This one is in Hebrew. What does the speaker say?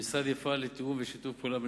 המשרד יפעל לתיאום ושיתוף פעולה בין